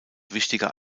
wichtiger